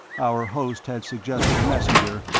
our host had suggested a messenger,